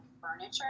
furniture